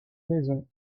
maisons